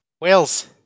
Wales